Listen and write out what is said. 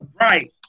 Right